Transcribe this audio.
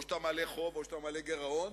או שאתה מעלה חוב, או שאתה מעלה גירעון,